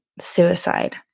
suicide